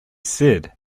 said